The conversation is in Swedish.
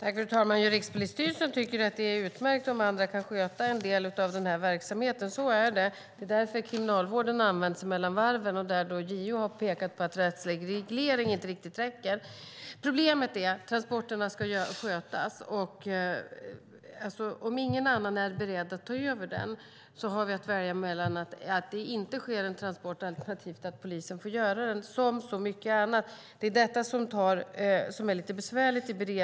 Fru talman! Rikspolisstyrelsen tycker att det är utmärkt om andra kan sköta en del av den här verksamheten, så är det. Det är därför kriminalvården används mellan varven, och där har JO påpekat att rättslig reglering inte riktigt räcker. Transporterna ska skötas, och problemet är att om ingen annan är beredd att ta över har vi att välja mellan att det inte sker en transport och att polisen får göra det, som så mycket annat. Det är detta som är lite besvärligt.